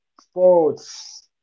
sports